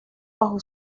bajo